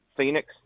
Phoenix